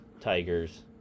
Tigers